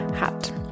hat